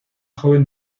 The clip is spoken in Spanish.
joven